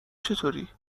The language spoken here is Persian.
چطوری